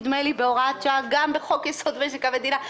נדמה לי בהוראת שעה גם בחוק יסוד משק המדינה,